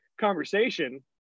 conversation